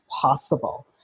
possible